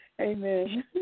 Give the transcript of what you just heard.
Amen